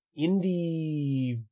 indie